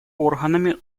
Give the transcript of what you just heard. органами